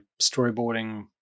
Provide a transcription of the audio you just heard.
storyboarding